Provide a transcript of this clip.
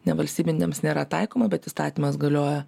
nevalstybinėms nėra taikoma bet įstatymas galioja